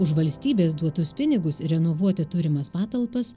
už valstybės duotus pinigus ir renovuoti turimas patalpas